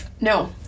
No